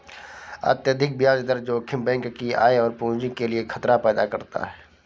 अत्यधिक ब्याज दर जोखिम बैंक की आय और पूंजी के लिए खतरा पैदा करता है